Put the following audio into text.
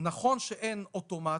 נכון שאין אוטומטית,